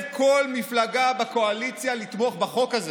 כל מפלגה בקואליציה לתמוך בחוק הזה"?